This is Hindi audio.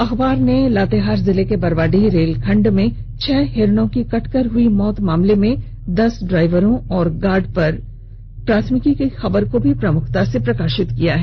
अखबार ने लातेहार जिले के बरवार्डीह रेल खंड में छह हिरणों की कटकर हुई मौत मामले में दस ड्राइवरों और गार्ड पर प्राथमिकी की खबर को भी प्रमुखता से प्रकाशित किया है